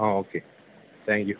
ആ okay thank you